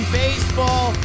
baseball